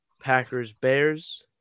Packers-Bears